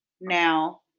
Now